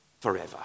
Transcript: forever